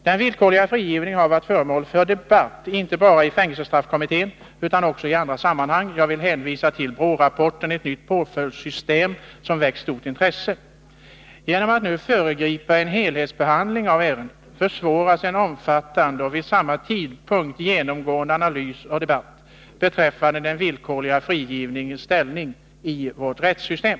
Den villkorliga frigivningen har varit föremål för debatt, inte bara i fängelsestraffkommittén, utan också i andra sammanhang. Jag vill hänvisa till BRÅ-rapporten Ett nytt påföljdssystem, som väckt stort intresse. Genom att man nu föregriper en helhetsbehandling av ärendet, försvåras en omfattande och vid samma tidpunkt genomgående analys och debatt beträffande den villkorliga frigivningens ställning i vårt rättssystem.